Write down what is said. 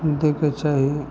दैके चाही